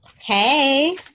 Hey